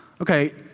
Okay